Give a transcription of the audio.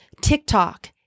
TikTok